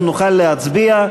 אנחנו נוכל להצביע.